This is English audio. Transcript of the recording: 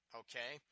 okay